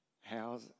how's